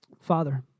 Father